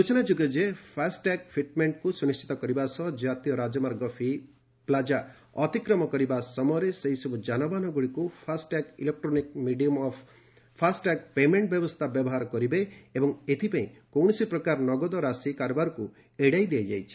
ସୂଚନା ଯୋଗ୍ୟ ଯେ ଫ୍ୟାସ୍ଟ୍ୟାଗ୍ର ଫିଟ୍ମେଷ୍ଟକୁ ସୁନିଶ୍ଚିତ କରିବା ସହ ଜାତୀୟ ରାଜମାର୍ଗ ଫି' ପ୍ଲାଜା ଅତିକ୍ରମ କରିବା ସମୟରେ ସେହିସବୁ ଯାନବାହନଗୁଡ଼ିକ FASTag electronic medium of FASTag payment ବ୍ୟବସ୍ଥା ବ୍ୟବହାର କରିବେ ଏବଂ ଏଥିପାଇଁ କୌଣସି ପ୍ରକାର ନଗଦ ରାଶି କାରବାରକୁ ଏଡ଼ାଇ ଦିଆଯାଇଛି